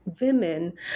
women